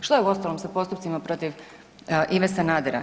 Što je, uostalom sa postupcima protiv Ive Sanadera?